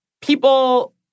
people